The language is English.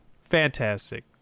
Fantastic